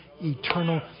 eternal